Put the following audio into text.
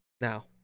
now